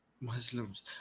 Muslims